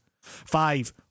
five